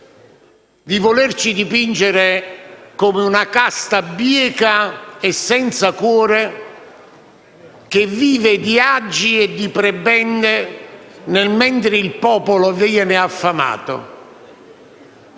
di volerci dipingere come una casta bieca e senza cuore, che vive di agi e di prebende, nel mentre il popolo viene affamato.